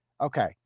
Okay